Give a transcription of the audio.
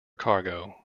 cargo